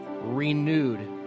renewed